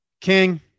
King